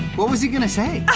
what was he gonna say?